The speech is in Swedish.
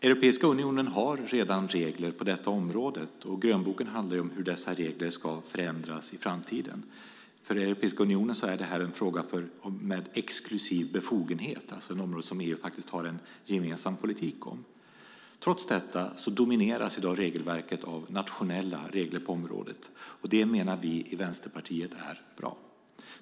Europeiska unionen har redan regler på detta område. Grönboken handlar om hur dessa regler ska förändras i framtiden. För Europeiska unionen är det här en fråga om exklusiv befogenhet, ett område där EU faktiskt har en gemensam politik. Trots detta domineras i dag regelverket av nationella regler på området. Det menar vi i Vänsterpartiet är bra.